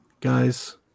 Guys